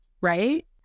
Right